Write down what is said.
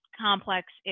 complex